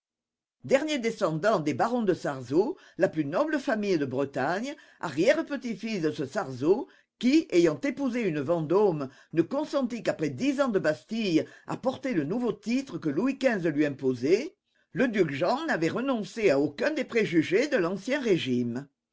dernier descendant des barons de sarzeau la plus noble famille de bretagne arrière-petit-fils de ce sarzeau qui ayant épousé une vendôme ne consentit qu'après dix ans de bastille à porter le nouveau titre que louis xv lui imposait le duc jean n'avait renoncé à aucun des préjugés de l'ancien régime